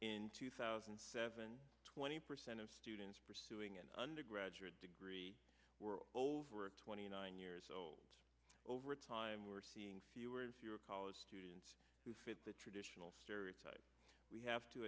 in two thousand and seven twenty percent of students pursuing an undergraduate degree were over twenty nine years old and over time we're seeing fewer and fewer college students who fit the traditional stereotype we have to